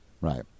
Right